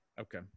okay